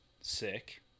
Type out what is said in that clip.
sick